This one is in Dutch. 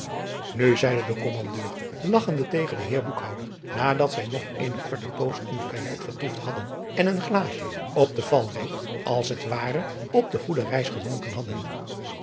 nu zeide de kommandeur lagchende tegen den heer boekhouder nadat zij nog eene korte poos in de kajuit vertoefd hadden en een glaasje op den valreep als het ware op de goede reis gedronken hadden